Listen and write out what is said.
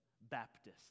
Baptists